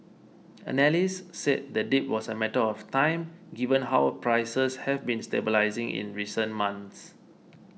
analysts said the dip was a matter of time given how prices have been stabilising in recent months